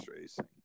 racing